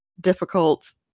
difficult